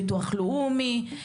ביטוח לאומי,